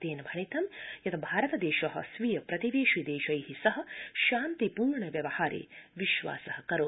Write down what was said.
तेन भणितं यत् भारतदेश स्वीय प्रतिवेशि देशै सह शान्तिपूर्ण व्यवहारे विश्वास करोति